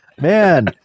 Man